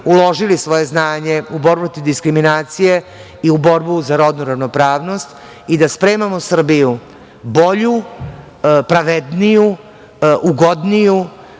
uložili svoje znanje u borbu protiv diskriminacije i u borbu za rodnu ravnopravnost i da spremamo Srbiju bolju, pravedniju, ugodniju